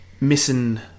missing